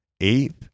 eighth